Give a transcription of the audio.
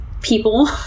people